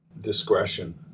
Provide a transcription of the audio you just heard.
Discretion